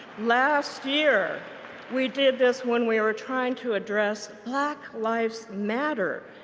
last year we did this when we were trying to address black lives matter.